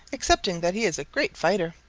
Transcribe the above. excepting that he is a great fighter.